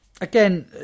Again